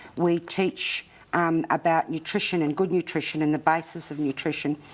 we teach um about nutrition and good nutrition and the basis of nutrition.